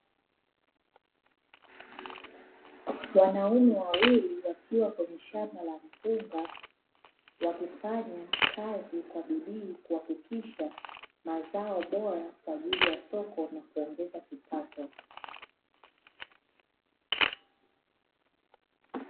Wanaume wawili wakiwa kwenye shamba la mpunga, wakifanya kazi kwa bidii kuhakikisha mazao bora kwa ajili ya soko na kuongeza kipato.